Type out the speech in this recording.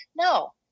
No